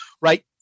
right